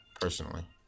personally